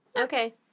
Okay